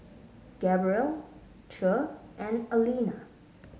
Gabrielle Che and Aleena